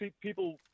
people